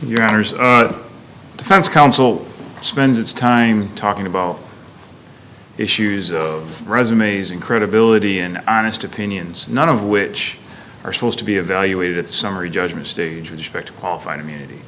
your honour's defense counsel spends its time talking about issues of resumes and credibility and honest opinions none of which are supposed to be evaluated at the summary judgment stage and expect qualified immunity